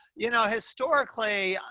you know, historically,